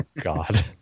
God